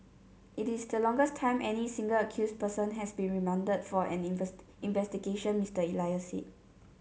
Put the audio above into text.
it is the longest time any single accused person has been remanded for an investigation Mr Elias said